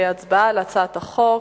להצבעה על הצעת החוק.